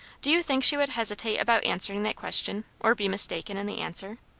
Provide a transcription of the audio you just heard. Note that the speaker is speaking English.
do you think she would hesitate about answering that question? or be mistaken in the answer?